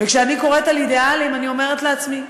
וכשאני קוראת על אידיאלים אני אומרת לעצמי: